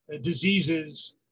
diseases